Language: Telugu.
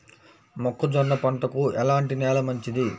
మొక్క జొన్న పంటకు ఎలాంటి నేల మంచిది?